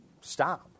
stop